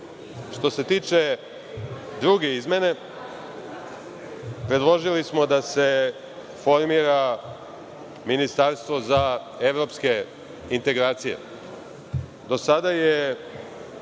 se tiče druge izmene, predložili smo da se formira ministarstvo za evropske integracije.